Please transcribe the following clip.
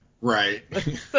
Right